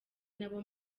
nabo